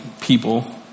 people